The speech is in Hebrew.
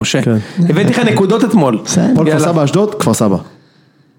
משה, הבאתי לך נקודות אתמול, בסדר, יאללה. כפר סבא, אשדוד? כפר סבא